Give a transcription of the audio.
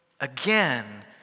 again